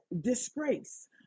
disgrace